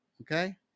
Okay